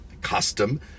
custom